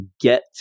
get